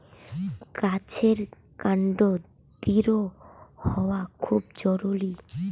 গাছের কান্ড দৃঢ় হওয়া খুব জরুরি